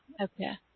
Okay